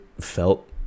felt